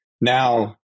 now